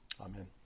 Amen